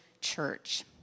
church